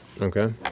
Okay